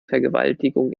vergewaltigung